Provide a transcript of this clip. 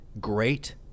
great